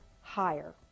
higher